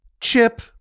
chip